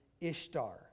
Ishtar